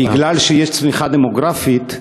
בגלל שיש צמיחה דמוגרפית,